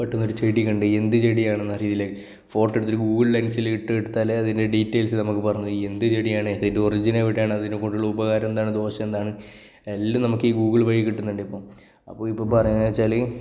പെട്ടെന്നൊരു ചെടി കണ്ടു എന്ത് ചെടിയാണെന്നറിയില്ലെങ്കിൽ ഫോട്ടോ എടുത്തിട്ട് ഗൂഗിള് ലെന്സിലിട്ടെടുത്താല് അതിന്റെ ഡിറ്റേയില്സ് നമുക്ക് പറഞ്ഞു തരും എന്ത് ചെടിയാണ് ഇതിന്റെ ഒറിജിന് എവിടെയാണ് അതിനെ കൊണ്ടുള്ള ഉപകാരം എന്താണ് ദോഷം എന്താണ് എല്ലാം നമുക്ക് ഈ ഗൂഗിള് വഴി കിട്ടുന്നുണ്ടിപ്പം അപ്പോൾ ഇപ്പോൾ പറഞ്ഞതെന്നു വെച്ചാൽ